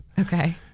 Okay